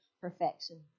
perfection